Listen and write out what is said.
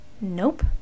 Nope